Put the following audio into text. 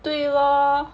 对 lor